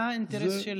מה האינטרס של